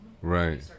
Right